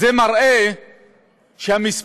זה מראה שהמספר